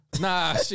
nah